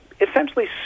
essentially